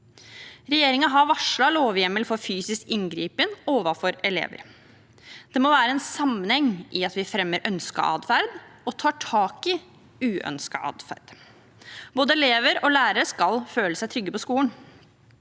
Regjeringen har varslet en lovhjemmel for fysisk inngripen overfor elever. Det må være en sammenheng i at vi fremmer ønsket adferd og tar tak i uønsket adferd. Både elever og lærere skal føle seg trygge på skolen.